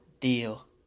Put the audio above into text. deal